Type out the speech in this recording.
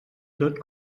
tot